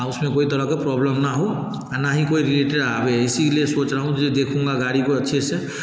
और उसमें कोई भी तरह का प्रॉब्लम ना हो और ना ही रिलेटेड इसलिए सोच रहा हूँ देखूँगा गाड़ी को अच्छे से